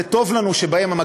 זה טוב לנו שמגדירים,